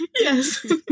yes